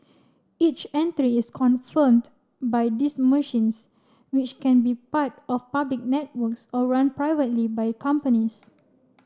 each entry is confirmed by these machines which can be part of public networks or run privately by companies